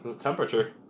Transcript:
temperature